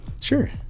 Sure